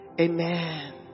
Amen